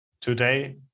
today